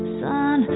sun